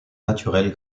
naturelle